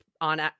on